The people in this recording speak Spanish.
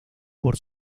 por